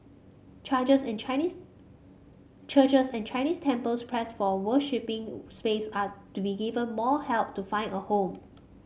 charges and Chinese churches and Chinese temples pressed for worshipping space are to be given more help to find a home